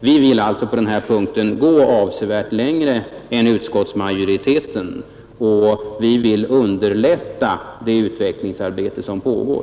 Vi vill alltså på den här punkten gå avsevärt längre än utskottsmajoriteten, och vi vill underlätta det utvecklingsarbete som pågår.